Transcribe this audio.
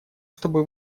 чтобы